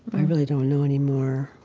i really don't know anymore.